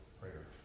prayer